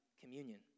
communion